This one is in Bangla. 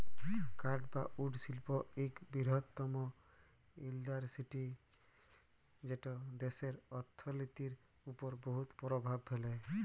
কাঠ বা উড শিল্প ইক বিরহত্তম ইল্ডাসটিরি যেট দ্যাশের অথ্থলিতির উপর বহুত পরভাব ফেলে